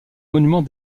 monument